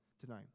tonight